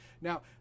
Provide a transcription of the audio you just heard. now